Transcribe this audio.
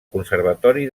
conservatori